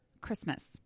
Christmas